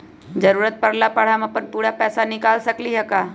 जरूरत परला पर हम अपन पूरा पैसा निकाल सकली ह का?